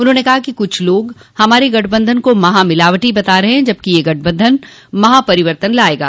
उन्होंने कहा कि कुछ लोग हमारे गठबंधन को महामिलावटी बता रहे हैं जबकि यह गठबंधन महापरिवर्तन लायेगा